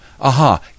Aha